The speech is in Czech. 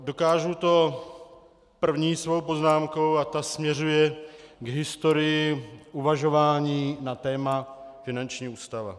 Dokážu to první svou poznámkou a ta směřuje k historii uvažování na téma finanční ústava.